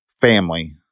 family